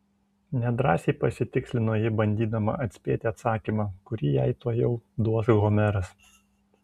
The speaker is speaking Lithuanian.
nedrąsiai pasitikslino ji bandydama atspėti atsakymą kurį jai tuojau duos homeras